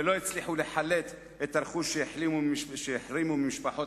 ולא הצליחו לחלט את הרכוש שהחרימו ממשפחות